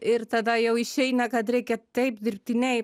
ir tada jau išeina kad reikia taip dirbtinai